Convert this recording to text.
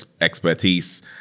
expertise